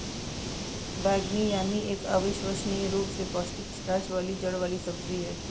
बैंगनी यामी एक अविश्वसनीय रूप से पौष्टिक स्टार्च वाली जड़ वाली सब्जी है